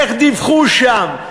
איך דיווחו שם?